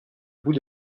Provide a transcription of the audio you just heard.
bout